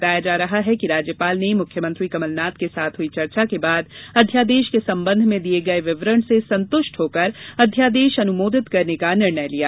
बताया जा रहा है कि राज्यपाल ने मुख्यमंत्री कमल नाथ के साथ हई चर्चा के बाद अध्यादेश के संबंध में दिये गये विवरण से संतृष्ट होकर अध्यादेश अनुमोदित करने का निर्णय लिया